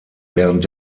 während